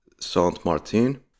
Saint-Martin